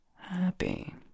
happy